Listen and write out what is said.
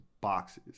boxes